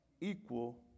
equal